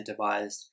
incentivized